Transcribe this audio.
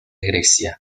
grecia